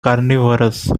carnivorous